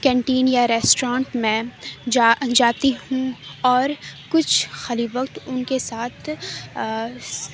canteen یا restaurant میں جا جاتی ہوں اور کچھ خالی وقت ان کے ساتھ